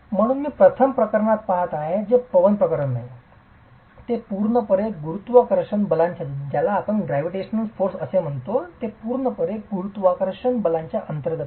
म्हणून मी प्रथम प्रकरण पहात आहे जे पवन प्रकरण नाही ते पूर्णपणे गुरुत्वाकर्षण बलांच्या अंतर्गत आहे